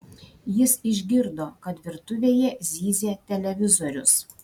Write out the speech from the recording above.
jis išgirdo kad virtuvėje zyzia televizorius